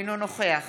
אינו נוכח